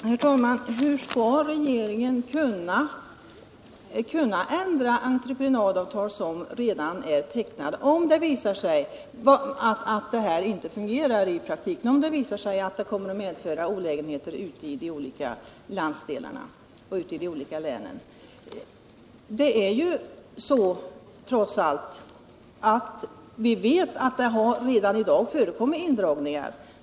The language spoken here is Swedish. Herr talman! Men hur skall regeringen kunna ändra entreprenadavtal som redan är tecknade, om det visar sig att detta inte fungerar i praktiken, dvs. att det kommer att medföra olägenheter ute i de olika länen och landsdelarna? Vi vet trots allt ätt det redan nu har förekommit indragningar.